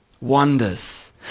wonders